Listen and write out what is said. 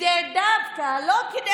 דווקא לא כדי